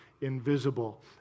invisible